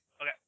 Okay